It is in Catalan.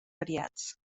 variats